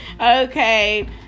Okay